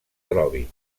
trobi